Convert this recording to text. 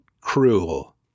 cruel